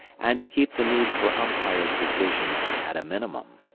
and to keep the need for umpire's decisions at a minimum.